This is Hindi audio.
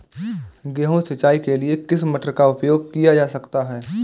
गेहूँ सिंचाई के लिए किस मोटर का उपयोग किया जा सकता है?